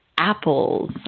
apples